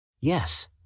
Yes